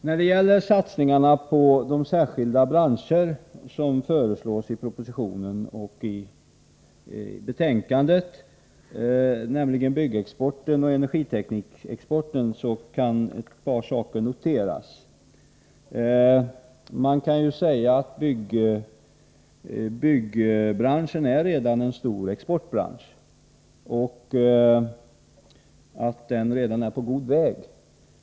När det gäller satsningarna på särskilda branscher som föreslås i propositionen och i betänkandet, nämligen byggexporten och energiteknikexporten, kan ett par saker noteras. Man kan ju säga att byggbranschen redan är en stor exportbransch och att den redan är på god väg.